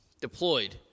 deployed